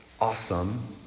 awesome